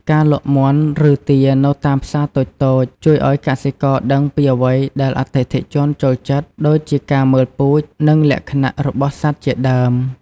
ការលក់មាន់ ឬទានៅតាមផ្សារតូចៗ ជួយឲ្យកសិករដឹងពីអ្វីដែលអតិថិជនចូលចិត្ត ដូចជាការមើលពូជ និងលក្ខណៈរបស់សត្វជាដើម។